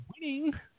Winning